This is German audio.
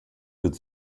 wird